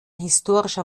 historischer